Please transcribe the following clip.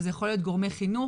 וזה יכול להיות גורמי חינוך